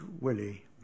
Willie